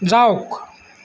যাওক